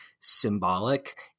symbolic